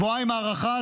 שבועיים הארכה,